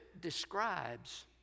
describes